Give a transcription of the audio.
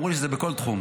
אמרו לי שזה בכל תחום,